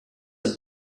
are